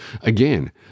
Again